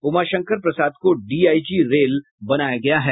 उमाशंकर प्रसाद को DIG rail बनाया गया है